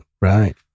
Right